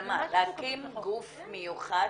להקים גוף מיוחד?